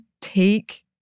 take